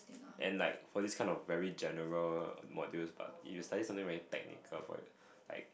and like for this kind of very general modules but if you study something very technical for example like